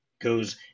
goes